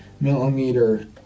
millimeter